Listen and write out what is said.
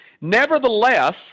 Nevertheless